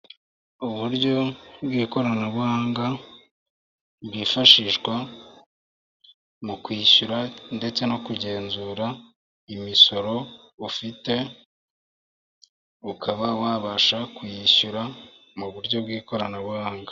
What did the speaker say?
Uburyo bw'ikoranabuhanga bwifashishwa mu kwishyura ndetse no kugenzura imisoro ufite, ukaba wabasha kuyishyura mu buryo bw'ikoranabuhanga.